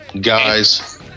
guys